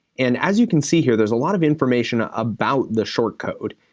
and as you can see here, there's a lot of information ah about the short code.